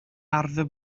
arfer